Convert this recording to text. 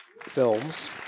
films